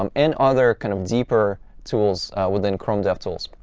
um and other kind of deeper tools within chrome devtools.